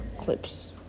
clips